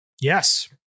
Yes